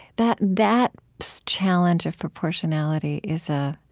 that that so challenge of proportionality is a